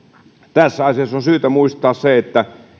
tässä asiassa on syytä muistaa se että